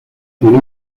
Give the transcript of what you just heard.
tiene